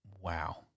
wow